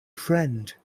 friend